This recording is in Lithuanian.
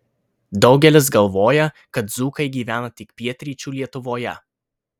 daugelis galvoja kad dzūkai gyvena tik pietryčių lietuvoje